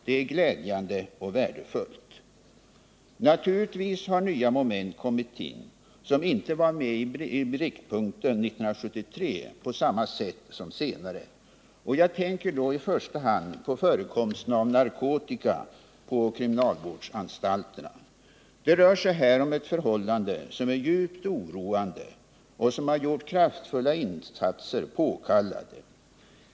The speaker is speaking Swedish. Detta är glädjande och värdefullt. Naturligtvis har nya moment kommit in, som inte var i blickpunkten 1973 på samma sätt som senare. Jag tänker i första hand på förekomsten av narkotika på kriminalvårdsanstalterna. Det rör sig här om ett förhållande som är djupt oroande och som har gjort kraftfulla insatser påkallade.